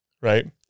right